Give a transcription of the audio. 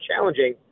challenging